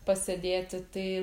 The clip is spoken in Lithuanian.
pasėdėti tai